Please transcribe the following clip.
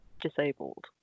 disabled